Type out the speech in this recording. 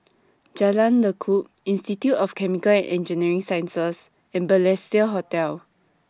Jalan Lekub Institute of Chemical and Engineering Sciences and Balestier Hotel